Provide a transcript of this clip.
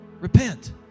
Repent